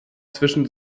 zwischen